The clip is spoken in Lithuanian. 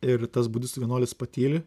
ir tas budistų vienuolis patyli